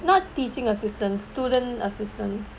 not teaching assistant student assistants